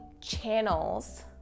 channels